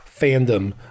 fandom